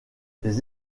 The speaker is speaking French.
les